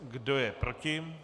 Kdo je proti?